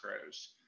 grows